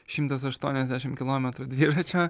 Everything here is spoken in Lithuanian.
šimtas aštuoniasdešim kilometrų dviračio